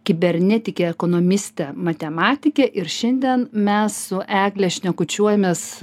kibernetikė ekonomistė matematikė ir šiandien mes su egle šnekučiuojamės